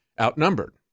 outnumbered